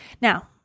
Now